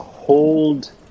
hold